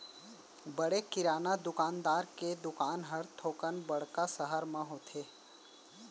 बड़े किराना दुकानदार के दुकान हर थोकन बड़का सहर म होथे